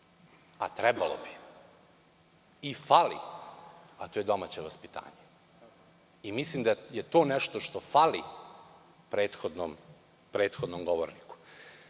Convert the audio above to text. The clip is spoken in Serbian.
a trebalo bi i fali, a to je domaće vaspitanje i mislim da je to nešto što fali prethodnom govorniku. Ja